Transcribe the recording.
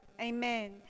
Amen